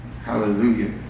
Hallelujah